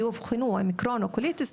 שבגיל כזה אובחנו עם קרוהן או קוליטיס,